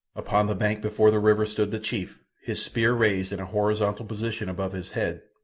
upon the bank before the river stood the chief, his spear raised in a horizontal position above his head,